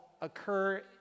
occur